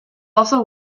also